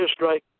airstrike